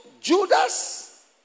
Judas